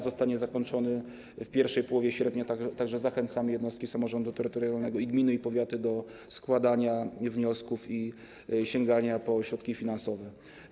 Zostanie zakończony w I połowie sierpnia, tak że zachęcam jednostki samorządu terytorialnego - i gminy, i powiaty - do składania wniosków i sięgania po środki finansowe.